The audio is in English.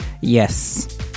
Yes